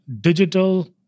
digital